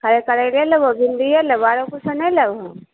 खाली करैले लेबहो भिंडिये लेबहो आरो कुछो नहि लेबहो